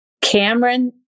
Cameron